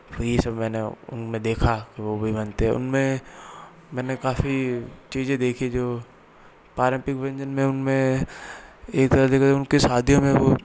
वहीं में उनमें एक तरफ़ देखा जाए उनके शादियों में वो